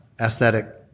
aesthetic